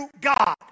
God